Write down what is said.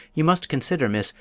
you must consider, miss,